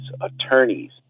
attorneys